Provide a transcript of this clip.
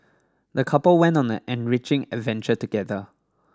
the couple went on an enriching adventure together